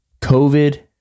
COVID